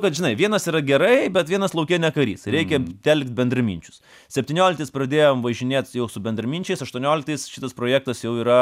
vat žinai vienas yra gerai bet vienas lauke ne karys reikia telkt bendraminčius septynioliktais pradėjom važinėti su bendraminčiais aštuonioliktais šitas projektas jau yra